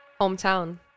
Hometown